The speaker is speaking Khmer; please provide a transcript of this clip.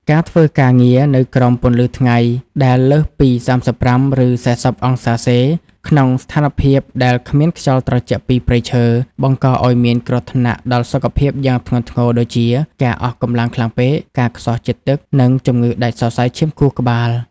ការធ្វើការងារនៅក្រោមពន្លឺថ្ងៃដែលលើសពី ៣៥ ឬ ៤០ អង្សាសេ ក្នុងស្ថានភាពដែលគ្មានខ្យល់ត្រជាក់ពីព្រៃឈើ បង្កឱ្យមានគ្រោះថ្នាក់ដល់សុខភាពយ៉ាងធ្ងន់ធ្ងរដូចជា ការអស់កម្លាំងខ្លាំងពេក ការខ្សោះជាតិទឹក និងជំងឺដាច់សរសៃឈាមខួរក្បាល។